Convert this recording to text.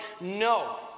No